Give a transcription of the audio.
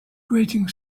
grating